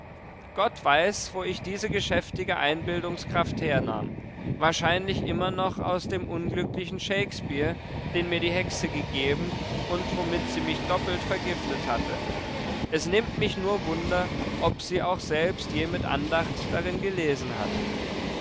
gott weiß wo ich diese geschäftige einbildungskraft hernahm wahrscheinlich immer noch aus dem unglücklichen shakespeare den mir die hexe gegeben und womit sie mich doppelt vergiftet hatte es nimmt mich nur wunder ob sie auch selbst je mit andacht darin gelesen hat